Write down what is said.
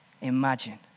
Imagine